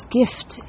gift